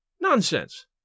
Nonsense